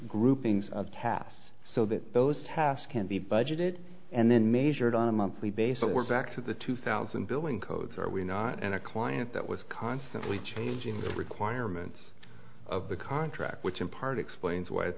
groupings of tasks so that those house can be budgeted and then measured on a monthly basis we're back to the two thousand billing codes are we not in a client that was constantly changing the requirements of the contract which in part explains why at